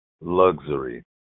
Luxury